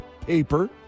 paper